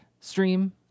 stream